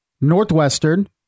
Northwestern